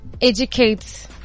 educate